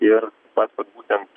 ir pasak būtent